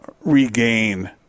regain